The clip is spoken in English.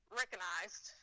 recognized